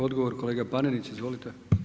Odgovor kolega Panenić, izvolite.